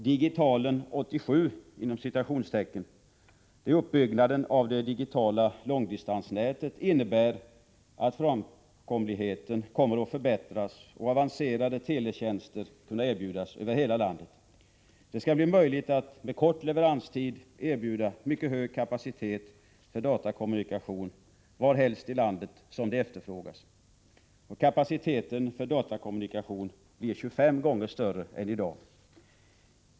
”Digitalen 87” — uppbyggnaden av det digitala långdistansnätet — innebär att framkomligheten kommer att förbättras och avancerade teletjänster kommer att erbjudas över hela landet. Det skall bli möjligt att med kort leveranstid erbjuda mycket hög kapacitet för datakommunikation varhelst i landet som den efterfrågas. Kapaciteten för datakommunikation blir 25 gånger större än i dag.